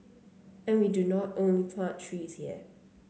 and we do not only plant trees here